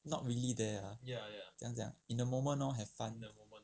not really there ah 怎样讲 in the moment loh have fun the moment